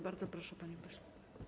Bardzo proszę, panie pośle.